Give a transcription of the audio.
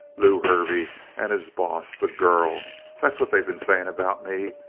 lew hervey and his boss the girl that's what they been saying about me.